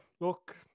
look